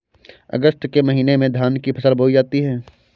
अगस्त के महीने में धान की फसल बोई जाती हैं